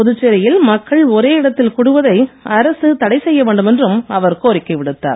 புதுச்சேரியில் மக்கள் ஒரே இடத்தில் கூடுவதை அரசு தடை செய்ய வேண்டுமென்றும் அவர் கோரிக்கை விடுத்தார்